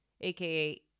aka